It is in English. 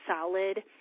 solid